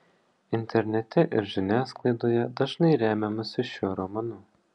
internete ir žiniasklaidoje dažnai remiamasi šiuo romanu